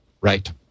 Right